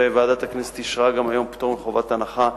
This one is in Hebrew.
וועדת הכנסת גם אישרה היום פטור מחובת הנחה,